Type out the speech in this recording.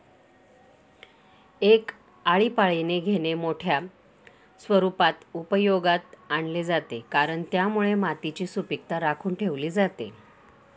एक आळीपाळीने घेणे मोठ्या स्वरूपात उपयोगात आणले जाते, कारण त्यामुळे मातीची सुपीकता राखून ठेवली जाते